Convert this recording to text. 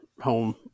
home